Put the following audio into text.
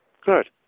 Good